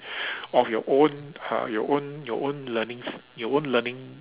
of your own uh you own your own leaning your own learning